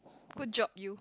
good job you